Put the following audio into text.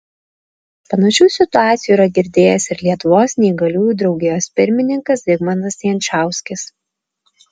panašių situacijų yra girdėjęs ir lietuvos neįgaliųjų draugijos pirmininkas zigmantas jančauskis